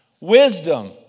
Wisdom